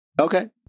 Okay